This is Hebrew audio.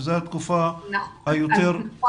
שזו התקופה שיותר --- נכון.